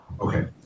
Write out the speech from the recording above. okay